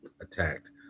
Attacked